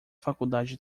faculdade